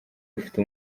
ufite